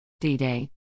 D-Day